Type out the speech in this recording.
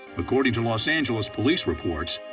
according to los angeles police reports,